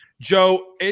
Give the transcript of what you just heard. Joe